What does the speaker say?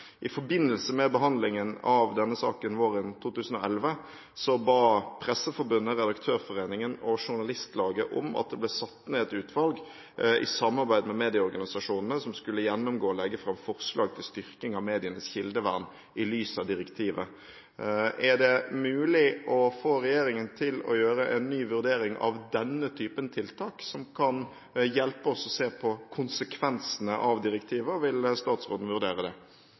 I forbindelse med behandlingen av denne saken våren 2011 ba Norsk Presseforbund, Redaktørforeningen og Journalistlaget om at det ble satt ned et utvalg i samarbeid med medieorganisasjonene som skulle gjennomgå og legge fram forslag til styrking av medienes kildevern i lys av direktivet. Er det mulig å få regjeringen til å gjøre en ny vurdering av denne typen tiltak som kan hjelpe oss å se på konsekvensene av direktivet? Vil statsråden vurdere det?